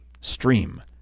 stream